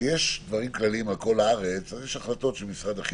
כשיש דברים כלליים על כל הארץ אז יש החלטות של משרד החינוך,